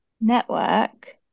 network